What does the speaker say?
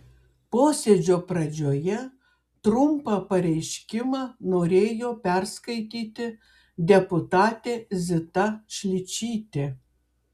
posėdžio pradžioje trumpą pareiškimą norėjo perskaityti deputatė zita šličytė